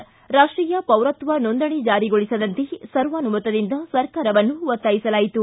ರಾಷ್ಟೀಯ ಪೌರತ್ವ ನೋಂದಣಿ ಜಾರಿಗೊಳಿಸದಂತೆ ಸರ್ವಾನುಮತದಿಂದ ಸರ್ಕಾರವನ್ನು ಒತ್ತಾಯಿಸಲಾಯಿತು